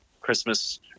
Christmas